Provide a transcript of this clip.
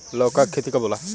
लौका के खेती कब होला?